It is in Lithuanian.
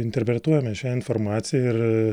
interpretuojame šią informaciją ir